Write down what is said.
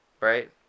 right